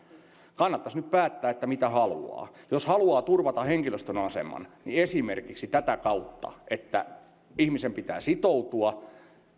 kannattaisi nyt päättää mitä haluaa jos haluaa turvata henkilöstön aseman niin esimerkiksi tätä kautta että ihmisen pitää sitoutua